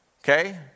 Okay